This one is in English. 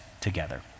together